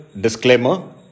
disclaimer